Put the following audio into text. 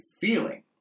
feeling